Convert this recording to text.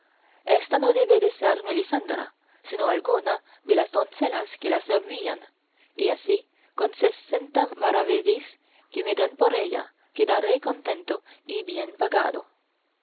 ésta no debe de ser melisendra sino alguna de las doncellas que la servían y así con sesenta maravedís que me den por ella quedaré contento y bien pagado